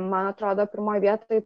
man atrodo pirmoj vietoj